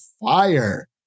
Fire